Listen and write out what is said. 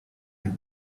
your